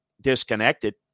disconnected